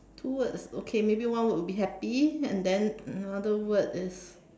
two words okay maybe one word will be happy and then another word is